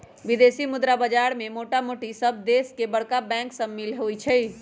विदेशी मुद्रा बाजार में मोटामोटी सभ देश के बरका बैंक सम्मिल होइ छइ